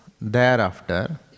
thereafter